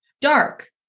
dark